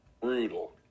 Brutal